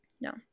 No